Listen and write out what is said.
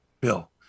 Bill